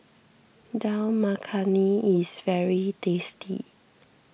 Dal Makhani is very tasty